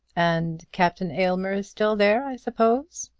and captain aylmer is still there, i suppose?